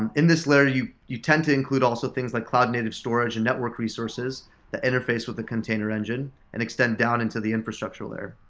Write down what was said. and in this layer you you tend to include also things like cloud native storage and network resources that interface with the container engine and extend down into the infrastructural layer.